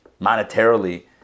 monetarily